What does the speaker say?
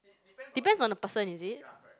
depends on the person is it